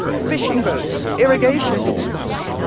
fishing boats, irrigation systems,